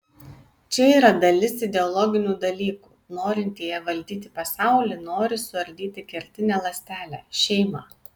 čia yra dalis ideologinių dalykų norintieji valdyti pasaulį nori suardyti kertinę ląstelę šeimą